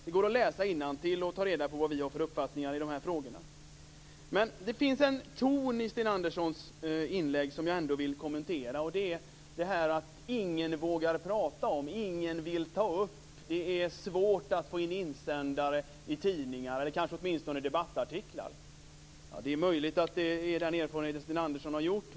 Det går att läsa innantill för att ta reda på vad vi har för uppfattningar i dessa frågor. Men det finns en ton i Sten Anderssons inlägg som jag ändå vill kommentera. Han säger att ingen vågar prata om detta och att det är svårt att få in insändare och debattartiklar i tidningarna. Det är möjligt att det är den erfarenhet som Sten Andersson har gjort.